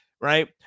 right